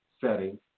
setting